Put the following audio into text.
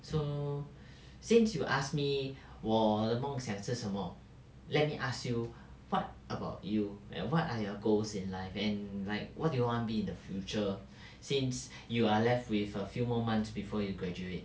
so since you asked me 我的梦想是什么 let me ask you what about you like what are your goals in life and like what do you want to be the future since you are left with a few months before you graduate